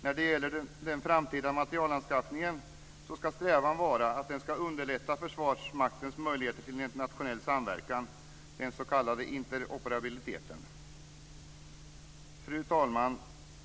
När det gäller den framtida materielanskaffningen ska strävan vara att den ska underlätta Försvarsmaktens möjligheter till en internationell samverkan, den s.k. interoperabiliteten. Fru talman!